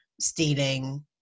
stealing